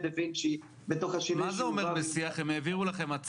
דה וינצ'י בתוך --- מה זה אומר הם העבירו לכם המעה